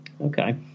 Okay